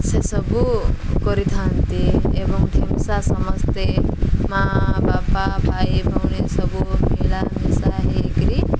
ସେସବୁ କରିଥାନ୍ତି ଏବଂ ଢେମସା ସମସ୍ତେ ମା' ବାପା ଭାଇ ଭଉଣୀ ସବୁ ମିଳାମିଶା ହେଇ କରି